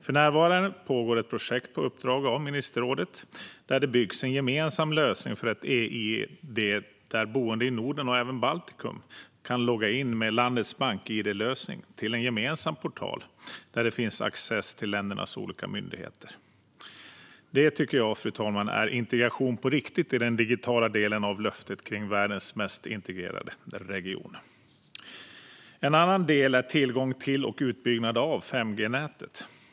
För närvarande pågår ett projekt på uppdrag av ministerrådet där det byggs en gemensam lösning för ett e-id där boende i Norden och i Baltikum kan logga in med landets bank-id-lösning till en gemensam portal där det finns tillgång till ländernas olika myndigheter. Det tycker jag, fru talman, är integration på riktigt i den digitala delen av löftet om världens mest integrerade region. En annan del är tillgång till och utbyggnad av 5G-nätet.